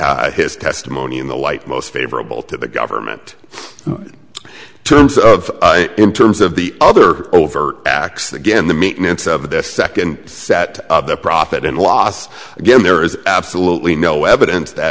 his testimony in the light most favorable to the government terms of in terms of the other overt acts again the maintenance of the second set of the profit and loss again there is absolutely no evidence that